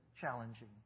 challenging